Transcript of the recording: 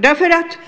Därför att